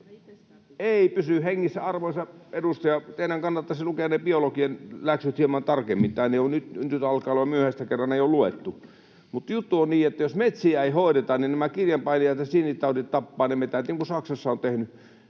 Ei pysy hengissä, arvoisa edustaja. Teidän kannattaisi lukea ne biologian läksyt hieman tarkemmin. Tai nyt alkaa olla myöhäistä, kun kerran ei ole luettu. Mutta juttu on niin, että jos metsiä ei hoideta, niin nämä kirjanpainajat ja sienitaudit tappavat ne metsät, niin kuin ne Saksassa ovat tehneet.